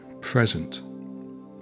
present